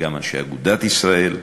וגם אנשי אגודת ישראל,